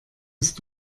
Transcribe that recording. ist